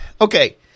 Okay